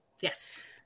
Yes